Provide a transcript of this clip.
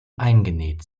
eingenäht